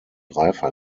reifer